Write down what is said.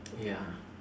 ya